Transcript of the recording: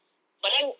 but then